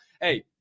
Hey